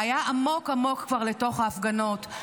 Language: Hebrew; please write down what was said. זה כבר היה עמוק עמוק לתוך ההפגנות,